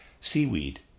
Seaweed